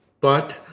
but,